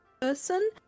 person